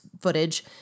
footage